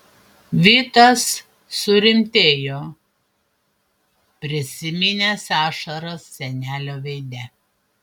vitas surimtėjo prisiminęs ašaras senelio veide